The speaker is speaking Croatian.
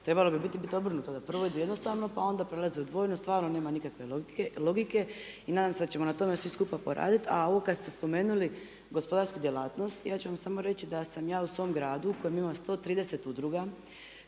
trebalo bi biti obrnuto da prvo ide jednostavno pa onda prelaze u dvojno, stvarno nema nikakve odluke. I nadam se da ćemo na tome svi skupa poraditi. A ovo kada ste spomenuli gospodarsku djelatnost, ja ću vam samo reći da sam ja u svome gradu u kojem ima 130 udruga